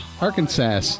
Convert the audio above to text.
Arkansas